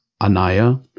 Anaya